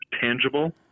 tangible